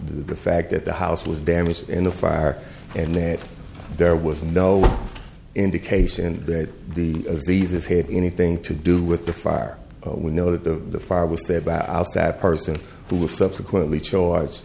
the fact that the house was damaged in the fire and that there was no indication that the this had anything to do with the fire we know that the the fire was say about that person who was subsequently charge